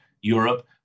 Europe